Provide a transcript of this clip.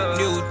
new